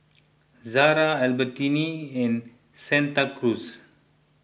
Zara Albertini and Santa Cruz